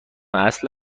اصل